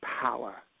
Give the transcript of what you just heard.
power